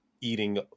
eating